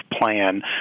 plan